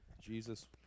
Jesus